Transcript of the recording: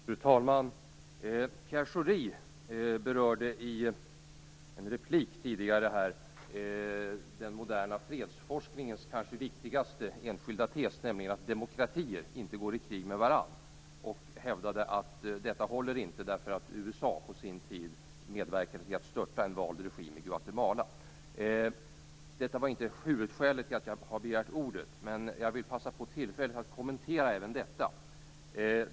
Fru talman! Pierre Schori berörde i en tidigare replik den moderna fredsforskningens kanske viktigaste enskilda tes, nämligen att demokratier inte går i krig med varandra. Han hävdade att detta inte håller, eftersom USA på sin tid medverkade till att störta en vald regim i Guatemala. Detta var inte huvudskälet till att jag har begärt ordet. Men jag vill passa på att kommentera även detta.